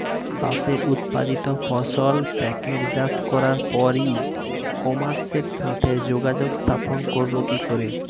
চাষের উৎপাদিত ফসল প্যাকেটজাত করার পরে ই কমার্সের সাথে যোগাযোগ স্থাপন করব কি করে?